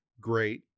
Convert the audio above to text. great